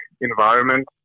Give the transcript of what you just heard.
environment